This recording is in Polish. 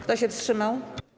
Kto się wstrzymał?